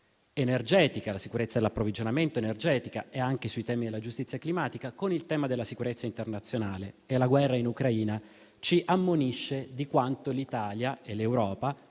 tra i temi dell'approvvigionamento energetico e della giustizia climatica e il tema della sicurezza internazionale. La guerra in Ucraina ci ammonisce di quanto l'Italia e l'Europa